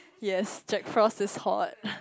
yes check cross this hot